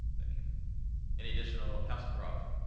like yeah any additional councilman roth.